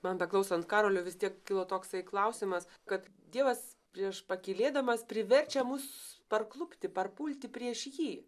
man beklausant karolio vis tiek kilo toksai klausimas kad dievas prieš pakylėdamas priverčia mus parklupti parpulti prieš jį